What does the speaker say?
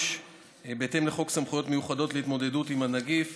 6). בהתאם לחוק סמכויות מיוחדות להתמודדות עם הנגיף